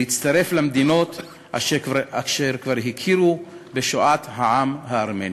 להצטרף למדינות אשר כבר הכירו בשואת העם הארמני.